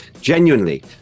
genuinely